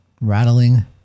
rattling